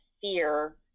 fear